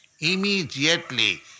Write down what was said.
immediately